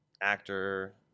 actor